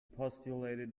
postulated